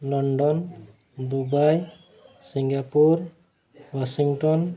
London Dubai Singapore Washington